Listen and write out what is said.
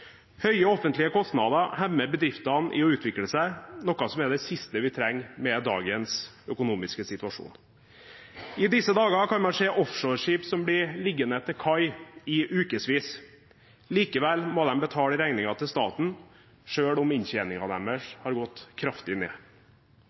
Høye offentlige kostnader hemmer bedriftene i å utvikle seg, noe som er det siste vi trenger med dagens økonomiske situasjon. I disse dager kan man se offshoreskip som blir liggende til kai i ukesvis, likevel må de betale regninger til staten, selv om inntjeningen deres